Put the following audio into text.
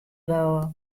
bliuwe